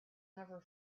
never